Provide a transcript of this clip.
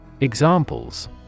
Examples